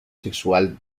sexual